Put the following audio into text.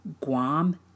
Guam